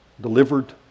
delivered